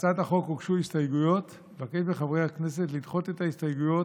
תחזור לתשובות של נפתלי בנט,